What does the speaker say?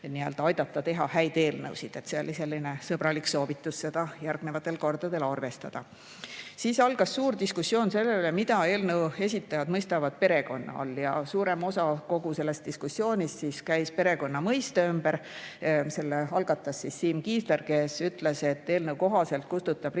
võimalik aidata teha häid eelnõusid. See oli selline sõbralik soovitus seda järgnevatel kordadel arvestada. Siis algas suur diskussioon selle üle, mida eelnõu esitajad mõistavad perekonna all. Suurem osa kogu sellest diskussioonist käis perekonna mõiste ümber. Selle algatas Siim Kiisler, kes ütles, et eelnõu kohaselt kustutab riik